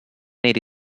eighty